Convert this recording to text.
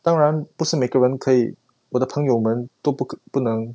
当然不是每个人可以我的朋友们都不不能